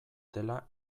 dela